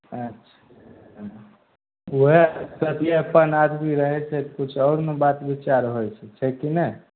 अच्छा उएह कहलियै अपन आदमी रहै छै तऽ सेहो ने बात विचार होइ छै छै कि नहि